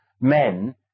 men